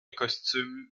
costumes